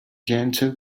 gentle